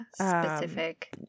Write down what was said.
specific